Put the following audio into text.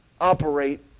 operate